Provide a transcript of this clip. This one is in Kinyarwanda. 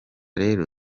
rero